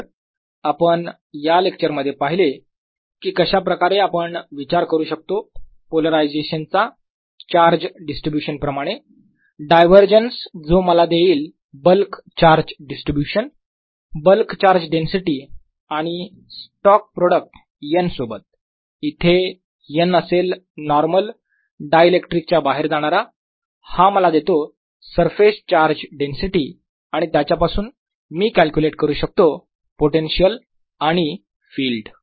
तर आपण या लेक्चरमध्ये पहिले की कशाप्रकारे आपण विचार करू शकतो पोलरायझेशन चा चार्ज डिस्ट्रीब्यूशन प्रमाणे डायव्हरजन्स जो मला देईल bulk charge distribution bulk charge density आणि स्टोक प्रॉडक्ट n सोबत इथे n असेल नॉर्मल डायइलेक्ट्रिक च्या बाहेर जाणारा हा मला देतो सरफेस चार्ज डेन्सिटी आणि त्याच्या पासून मी कॅल्क्युलेट करू शकतो पोटेन्शियल आणि फील्ड